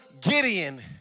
Gideon